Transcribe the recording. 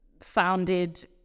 founded